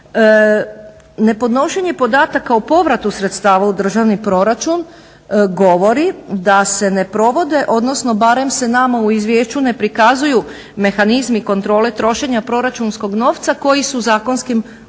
Nepodnošenje podataka o povratu sredstava u državni proračun govori da se ne provode, odnosno barem se nama u izvješću ne prikazuju mehanizmi kontrole trošenja proračunskog novca koji su zakonskim odredbama